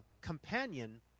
companion